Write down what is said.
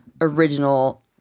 original